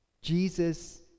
Jesus